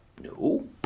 No